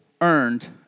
earned